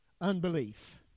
Unbelief